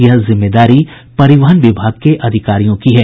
यह जिम्मेदारी परिवहन विभाग के अधिकारियों की है